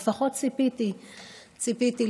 לפחות ציפיתי להישבע,